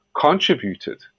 contributed